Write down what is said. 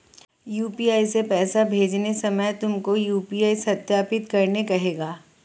UPI से पैसे भेजते समय तुमको यू.पी.आई सत्यापित करने कहेगा